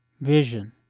vision